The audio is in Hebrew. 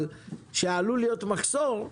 שעלול להיות מחסור,